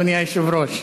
אדוני היושב-ראש.